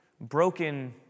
broken